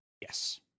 Yes